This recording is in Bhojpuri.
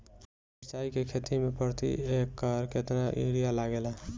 मिरचाई के खेती मे प्रति एकड़ केतना यूरिया लागे ला?